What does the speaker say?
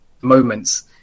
moments